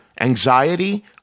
anxiety